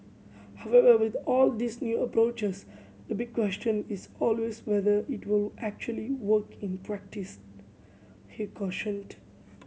however with all these new approaches the big question is always whether it will actually work in practice he cautioned